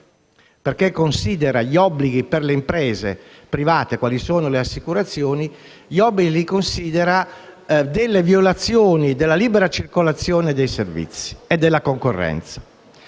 che considera gli obblighi per le imprese private, quali sono le assicurazioni, delle violazioni della libera circolazione dei servizi e della concorrenza.